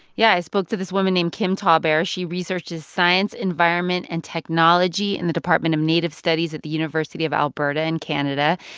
yeah. i spoke to this woman named kim tallbear. she researches science, environment and technology in the department of native studies at the university of alberta in canada.